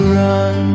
run